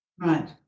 right